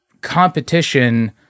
competition